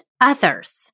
others